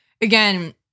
again